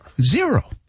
Zero